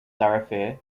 thoroughfare